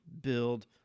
build